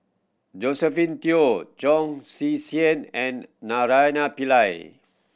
Josephine Teo Chong and Naraina Pillai